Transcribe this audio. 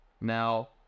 Now